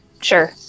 Sure